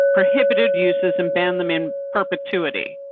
prohibited uses and ban them in perpetuity.